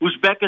Uzbekistan